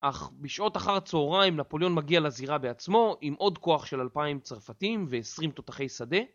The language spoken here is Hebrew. אך בשעות אחר צהריים נפולאון מגיע לזירה בעצמו עם עוד כוח של 2,000 צרפתים ו-20 תותחי שדה.